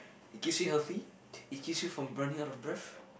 it keeps you healthy it keeps you from running out of breath